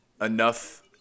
enough